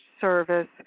service